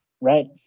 right